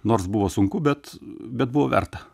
nors buvo sunku bet bet buvo verta